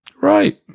right